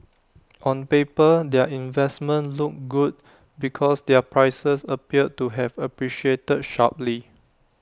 on paper their investments look good because their prices appeared to have appreciated sharply